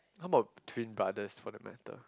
how about twin brothers from the matter